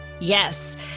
Yes